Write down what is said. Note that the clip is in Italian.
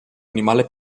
animale